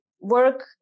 work